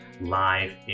live